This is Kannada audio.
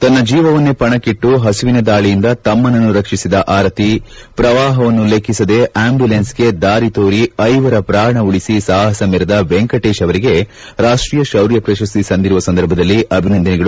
ತನ್ನ ಜೀವವನ್ನೇ ಪಣಕ್ಕಟ್ಟು ಪಸುವಿನ ದಾಳಿಯಿಂದ ತಮ್ಮನನ್ನು ರಕ್ಷಿಸಿದ ಆರತಿ ಪ್ರವಾಪವನ್ನು ಲೆಕ್ಕಿಸದೆ ಅಂಬ್ಯುಲೆನ್ಸ್ ಗೆ ದಾರಿ ತೋರಿ ಐವರ ಪ್ರಾಣ ಉಳಿಸಿ ಸಾಪಸ ಮೆರೆದ ವೆಂಕಟೇಶ್ ಅವರಿಗೆ ರಾಷ್ಟೀಯ ಶೌರ್ಯ ಪ್ರಶಸ್ತಿ ಸಂದಿರುವ ಸಂದರ್ಭದಲ್ಲಿ ಅಭಿನಂದನೆಗಳು